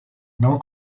non